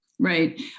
Right